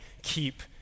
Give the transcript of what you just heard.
keep